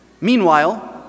Meanwhile